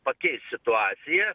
pakeis situaciją